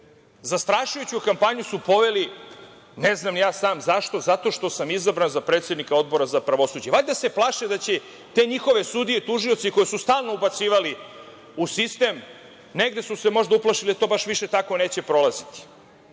Zastrašujuću kampanju su poveli, ne znam ni ja sam zašto, zato što sam izabran za predsednika Odbora za pravosuđe. Valjda se plaše da će te njihove sudije i tužioci koje su stalno ubacivali u sistem, negde su se možda uplašili da to baš više tako neće prolaziti.